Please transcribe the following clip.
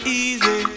easy